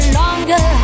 longer